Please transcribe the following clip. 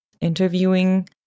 interviewing